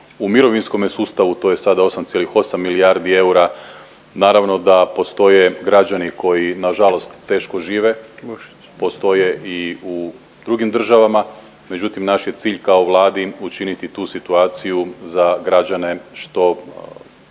u mirovinskome sustavu, to je sada 8,8 milijardi eura. Naravno da postoje građani koji nažalost teško žive, postoje i u drugim državama, međutim naš je cilj kao Vladi učiniti tu situaciju za građane što